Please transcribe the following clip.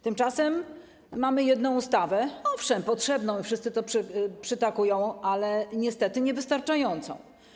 Tymczasem mamy jedną ustawę, owszem potrzebną i wszyscy to potwierdzają, ale niestety niewystarczającą.